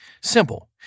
Simple